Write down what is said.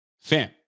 Fam